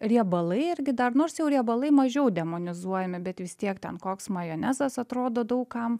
riebalai irgi dar nors riebalai mažiau demonizuojami bet vis tiek ten koks majonezas atrodo daug kam